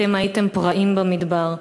אתם הייתם פראים במדבר.